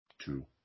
Two